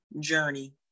journey